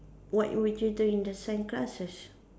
what would you do in the science classes